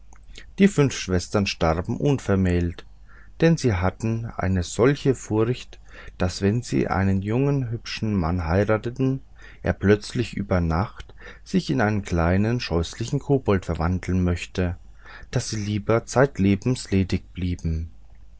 die fünf schwestern starben unvermählt denn sie hatten eine solche furcht daß wenn sie einen jungen hübschen mann heirateten er plötzlich über nacht sich in einen kleinen scheußlichen kobold verwandeln möchte daß sie lieber zeitlebens ledig blieben